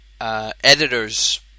editor's